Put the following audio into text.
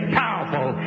powerful